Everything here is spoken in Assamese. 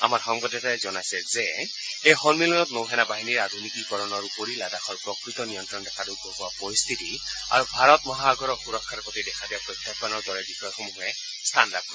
আমাৰ সংবাদদাতাক জনাইয়ে যে এই সমিলনত নৌ সেনা বাহিনীৰ আধুনিকীকৰণৰ উপৰিও লাডাখৰ প্ৰকৃত নিয়ন্ত্ৰণ ৰেখাত উদ্ভৱ হোৱা পৰিস্থিতি আৰু ভাৰত মহাসাগৰৰ সুৰক্ষাৰ প্ৰতি দেখা দিয়া প্ৰত্যাহানৰ দৰে বিষয়সমূহেও স্থান লাভ কৰিব